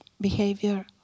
behavior